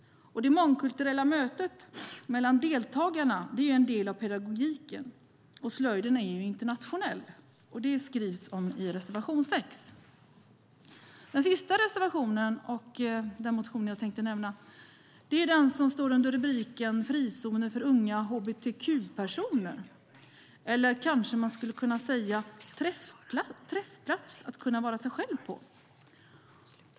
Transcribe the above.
Det mångkulturella mötet mellan deltagarna är en del av pedagogiken. Slöjden är ju internationell. Det skriver vi om i reservation 6. Den sista reservationen och motionen som jag tänkte nämna handlar om frizoner för unga hbtq-personer. Man skulle kunna säga att det är fråga om träffplatser att kunna vara sig själv på.